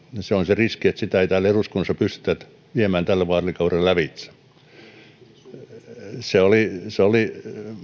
se on se riski että sitä ei täällä eduskunnassa pystytä viemään tällä vaalikaudella lävitse se oli